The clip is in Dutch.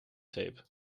zeep